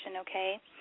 okay